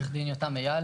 אני עורך דין יותם אייל,